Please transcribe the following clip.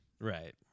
Right